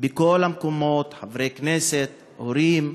בכל המקומות: חברי כנסת, הורים,